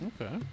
Okay